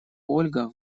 ольга